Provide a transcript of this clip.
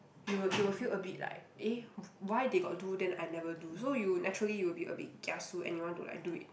you will you will feel a bit like eh why they got do then I never do so you naturally you will a bit kiasu and you want to like do it